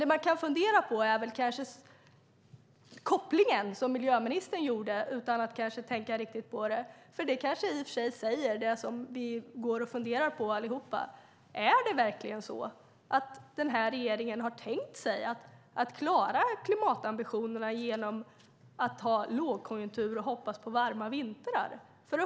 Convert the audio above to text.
Det man kan fundera på är den koppling som miljöministern gjorde, kanske utan att riktigt tänka på det, för det säger i och för sig det som vi går och funderar på allihop: Är det verkligen så att den här regeringen har tänkt klara klimatambitionerna genom att ha lågkonjunktur och hoppas på varma vintrar?